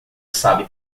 sabe